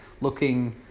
looking